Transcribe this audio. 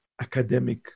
academic